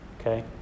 Okay